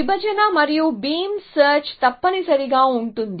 విభజన మరియు beam search తప్పనిసరిగా ఉంటుంది